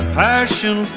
passion